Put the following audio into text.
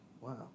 Wow